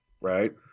right